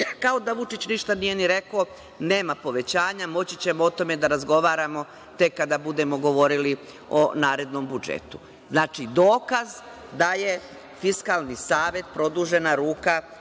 kao da Vučić ništa nije ni rekao – nema povećanja, moći ćemo o tome da razgovaramo tek kada budemo govorili o narednoj budžetu. Znači, dokaz da je Fiskalni savet produžena ruka